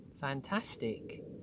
fantastic